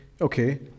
okay